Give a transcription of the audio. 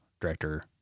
director